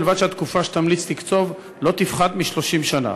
ובלבד שהתקופה שתמליץ לקצוב לא תפחת מ-30 שנה.